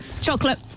Chocolate